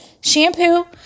Shampoo